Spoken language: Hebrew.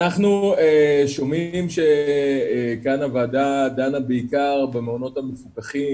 אנחנו שומעים שכאן הוועדה דנה בעיקר במעונות המפוקחים